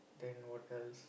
then what else